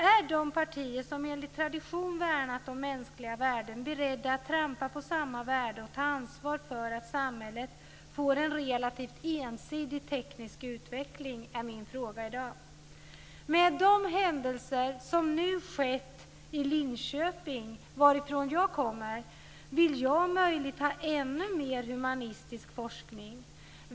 Är de partier som enligt tradition värnat om mänskliga värden beredda att trampa på samma värden och ta ansvar för att samhället får en relativt ensidig teknisk utveckling? Det är min fråga i dag. Med tanke på de händelser som nu inträffat i Linköping, varifrån jag kommer, vill jag om möjligt ha än mer humanistisk forskning.